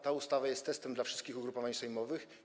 Ta ustawa jest testem dla wszystkich ugrupowań sejmowych.